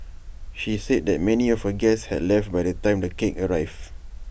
she said that many of her guests had left by the time the cake arrived